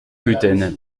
gluten